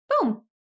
boom